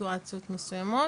בסיטואציות מסוימות.